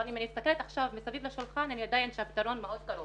אבל אם אני מסתכלת מסביב לשולחן אני יודעת שהפתרון מאוד קרוב.